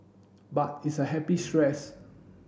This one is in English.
but it's a happy stress